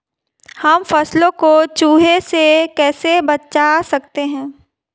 हम फसलों को चूहों से कैसे बचा सकते हैं?